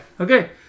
Okay